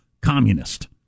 communist